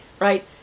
Right